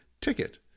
ticket